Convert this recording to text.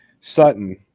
Sutton